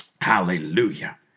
Hallelujah